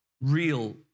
real